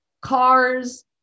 cars